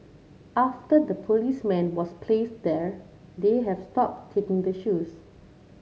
after the policeman was placed there they have stopped taking the shoes